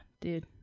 Dude